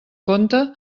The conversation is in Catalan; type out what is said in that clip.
compte